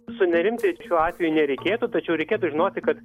sunerimti šiuo atveju nereikėtų tačiau reikėtų žinoti kad